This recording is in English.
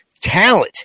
talent